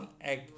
egg